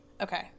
okay